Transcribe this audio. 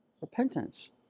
Repentance